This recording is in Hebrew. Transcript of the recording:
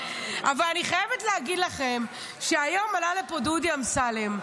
אבל אני חייבת להגיד לכם שהיום עלה לפה דודי אמסלם,